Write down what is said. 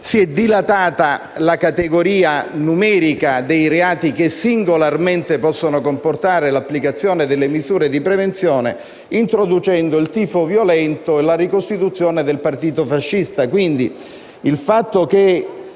si è dilatata la categoria numerica dei reati che singolarmente possono comportare l'applicazione delle misure di prevenzione, introducendo il tifo violento e la ricostituzione del partito fascista.